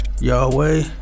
Yahweh